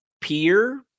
peer